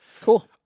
Cool